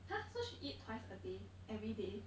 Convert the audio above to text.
!huh! so she eat twice a day everyday